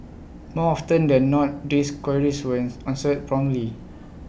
more often than not these queries were as answered promptly